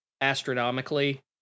astronomically